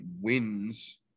wins